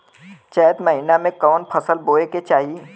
चैत महीना में कवन फशल बोए के चाही?